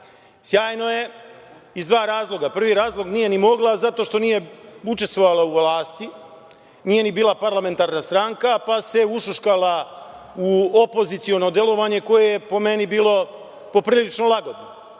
Sjajno je iz dva razloga. Prvi razlog, nije ni mogla zato što nije učestvovala u vlasti, nije ni bila parlamentarna stranka, pa se ušuškala u opoziciono delovanje koje je, po meni, bilo poprilično lagodno.